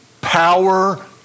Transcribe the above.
power